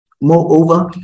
Moreover